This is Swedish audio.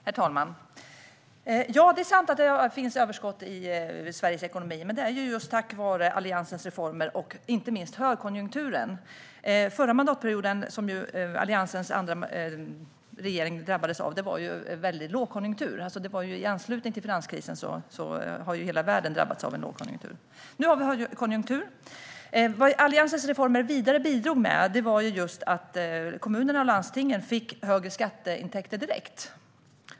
Herr talman! Det är sant att det finns ett överskott i Sveriges ekonomi, men det är ju tack vare Alliansens reformer - och inte minst högkonjunkturen. Under den förra mandatperioden drabbades Alliansens andra regering av en väldig lågkonjunktur; i anslutning till finanskrisen drabbades hela världen av en lågkonjunktur. Nu har vi högkonjunktur. Vad Alliansens reformer vidare bidrog med var just att kommunerna och landstingen fick högre skatteintäkter direkt.